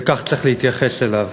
וכך צריך להתייחס אליו.